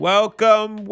Welcome